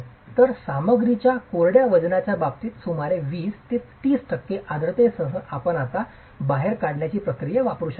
तर सामग्रीच्या कोरड्या वजनाच्या बाबतीत सुमारे 20 ते 30 टक्के आर्द्रतेसह आपण आता बाहेर काढण्याची प्रक्रिया वापरू शकत नाही